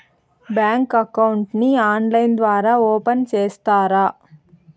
Bank account ని online ద్వారా open సేస్తారా?